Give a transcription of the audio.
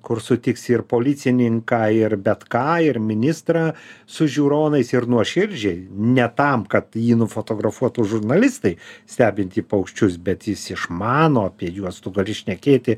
kur sutiksi ir policininką ir bet ką ir ministrą su žiūronais ir nuoširdžiai ne tam kad jį nufotografuotų žurnalistai stebintį paukščius bet jis išmano apie juos gali šnekėti